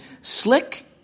slick